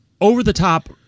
over-the-top